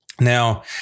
Now